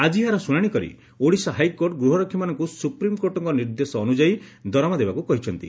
ଆଜି ଏହାର ଶ୍ରୁଣାଣି କରି ଓଡ଼ିଶା ହାଇକୋର୍ଟ ଗୃହରକ୍ଷୀମାନଙ୍ଙୁ ସୁପ୍ରିମ୍କୋର୍ଟଙ୍କ ନିର୍ଦ୍ଦେଶ ଅନୁଯାୟୀ ଦରମା ଦେବାକୁ କହିଛନ୍ତି